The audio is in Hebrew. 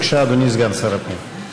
בבקשה, אדוני סגן שר הפנים.